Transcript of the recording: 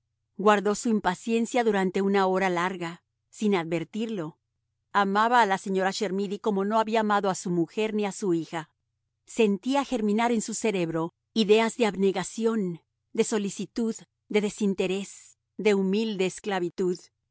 guardó su impaciencia durante una hora larga sin advertirlo amaba a la señora chermidy como no había amado a su mujer ni a su hija sentía germinar en su cerebro ideas de abnegación de solicitud de desinterés de humilde esclavitud